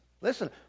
Listen